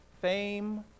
fame